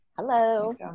Hello